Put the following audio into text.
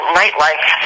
nightlife